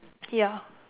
ya